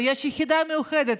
ויש יחידה מיוחדת,